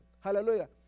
Hallelujah